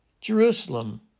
Jerusalem